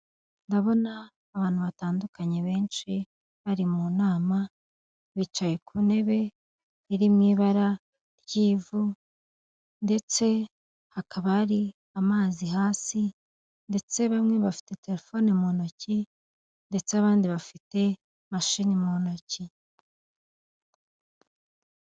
Ndabona abantu batandukanye benshi bari mu nama, bicaye ku ntebe iri mu ibara ry'ivu, ndetse hakaba hari amazi hasi ndetse bamwe bafite terefone mu ntoki ndetse abandi bafite mashini mu ntoki.